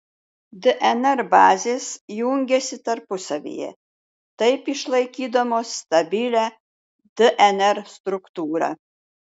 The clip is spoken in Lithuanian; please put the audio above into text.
dnr bazės jungiasi tarpusavyje taip išlaikydamos stabilią dnr struktūrą